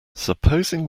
supposing